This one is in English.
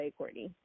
Courtney